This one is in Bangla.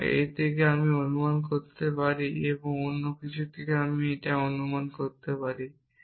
এবং এই থেকে আমি এই অনুমান করতে পারি এবং অন্য কিছু থেকে আমি এই অনুমান করতে পারি